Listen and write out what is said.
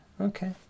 Okay